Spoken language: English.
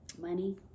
Money